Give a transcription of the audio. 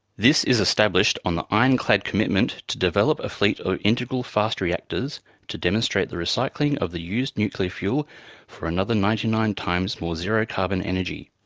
this is established on the ironclad commitment to develop a fleet of integral fast reactors to demonstrate the recycling of the used nuclear fuel for another ninety nine times more zero-carbon energy.